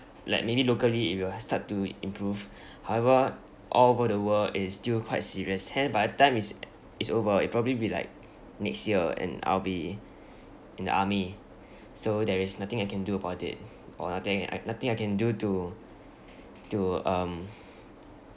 like maybe locally it will start to improve however all over the world it is still quite serious hence by time it's it's over it probably be like next year and I'll be in the army so there is nothing I can do about it or nothing I nothing I can do to to um